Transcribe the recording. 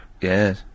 Yes